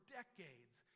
decades